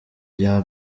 bya